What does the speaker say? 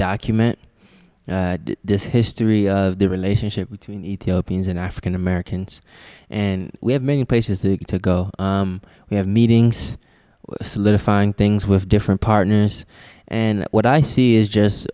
document this history of the relationship between ethiopians and african americans and we have many places to go we have meetings solidifying things with different partners and what i see is just